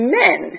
men